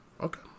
okay